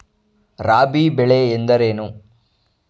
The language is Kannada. ರಾಬಿ ಬೆಳೆ ಎಂದರೇನು?